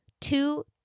two